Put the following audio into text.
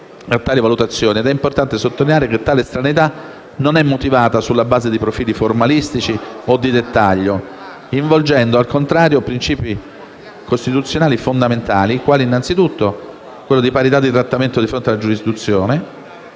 è importante sottolineare che tale estraneità non è motivata sulla base di profili meramente formalistici o di dettaglio, involgendo al contrario principi costituzionali fondamentali, quali innanzitutto il principio di parità di trattamento di fronte alla giurisdizione,